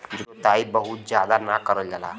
जोताई बहुत जादा ना करल जाला